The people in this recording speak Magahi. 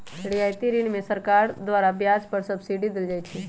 रियायती ऋण में सरकार द्वारा ब्याज पर सब्सिडी देल जाइ छइ